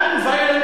לא אלים.